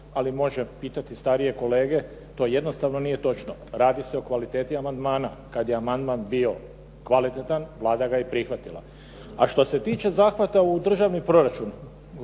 ali može pitati starije kolege. To jednostavno nije točno. Radi se o kvaliteti amandmana. Kad je amandman bio kvalitetan Vlada ga je prihvatila. A što se tiče zahvata u državni proračun